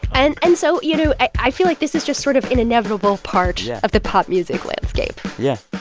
and and so, you know, i feel like this is just sort of an inevitable part. yeah. of the pop music landscape yeah.